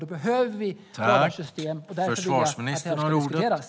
Då behöver vi ett radarsystem, och därför vill jag att detta ska diskuteras.